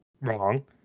wrong